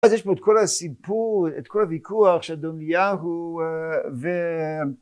אז יש פה את כל הסיפור, את כל הוויכוח של ירמיהו ו...